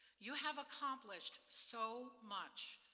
you have accomplished so much.